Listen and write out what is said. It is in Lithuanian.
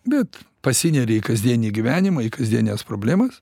bet pasineri į kasdienį gyvenimą į kasdienes problemas